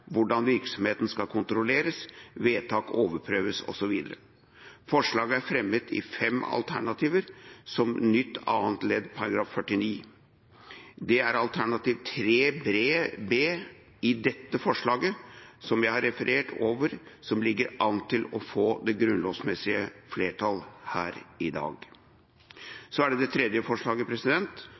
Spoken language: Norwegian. hvordan virksomheten skal kontrolleres, vedtak overprøves, osv. Forslaget er fremmet i fem alternativer som nytt annet ledd til § 49. Det er alternativ 3 B i dette forslaget, som jeg har referert over, som ligger an til å få det grunnlovsmessige flertall her i dag. Så til det tredje forslaget,